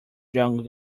jungle